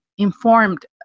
informed